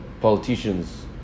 politicians